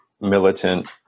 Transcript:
militant